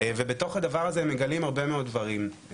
ובתוך הדבר הזה מגלים הרבה מאוד דברים.